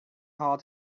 hall